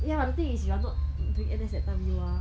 ya the thing is you are not doing N_S that time you are